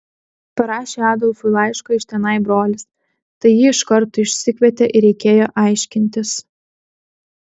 parašė adolfui laišką iš tenai brolis tai jį iš karto išsikvietė ir reikėjo aiškintis